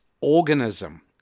organism